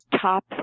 top